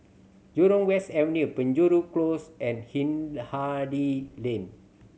Jurong West Avenue Penjuru Close and Hindhede Lane